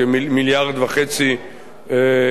1.5 מיליארד שקלים,